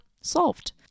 solved